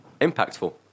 impactful